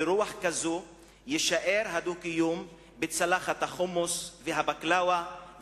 ברוח כזאת יישאר הדו-קיום בצלחת החומוס והבקלאווה,